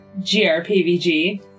GRPVG